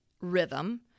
rhythm